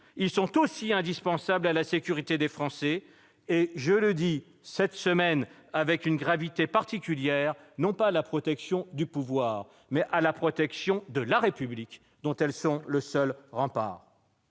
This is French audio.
ils sont aussi indispensables à la sécurité des Français et- je le dis cette semaine avec une gravité particulière -à la protection non pas du pouvoir, mais de la République, dont elles sont le seul rempart